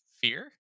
Fear